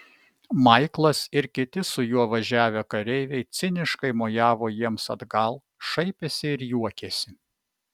maiklas ir kiti su juo važiavę kareiviai ciniškai mojavo jiems atgal šaipėsi ir juokėsi